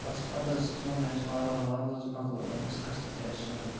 بَس پَتہٕ حظ ترٛوو مےٚ أمِس وارٕ وارٕ حظ مَکلوو مےٚ أمِس مےٚ قٕسطٕ ترٛٲیِتھ سورُے